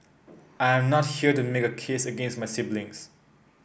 I am not here to make a case against my siblings